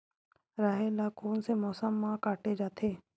राहेर ल कोन से मौसम म काटे जाथे?